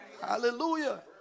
Hallelujah